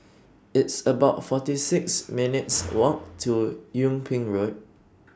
It's about forty six minutes' Walk to Yung Ping Road